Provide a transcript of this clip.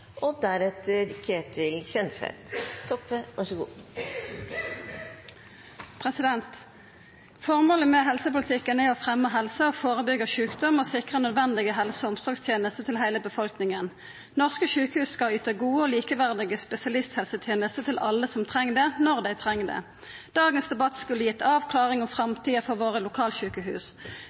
Formålet med helsepolitikken er å fremja helse og førebyggja sjukdom og sikra nødvendige helse- og omsorgstenester til heile befolkninga. Norske sjukehus skal yta gode og likeverdige spesialisthelsetenester til alle som treng det, når dei treng det. Dagens debatt skulle gitt avklaring om framtida for våre lokalsjukehus.